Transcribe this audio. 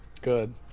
Good